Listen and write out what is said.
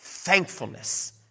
Thankfulness